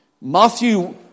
Matthew